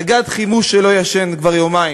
נגד חימוש שלא ישן כבר יומיים,